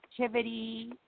activity